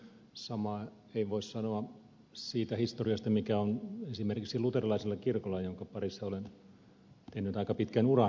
samaa ei voi sanoa siitä historiasta mikä on esimerkiksi luterilaisella kirkolla jonka parissa olen tehnyt aika pitkän uran